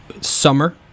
Summer